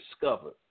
discovered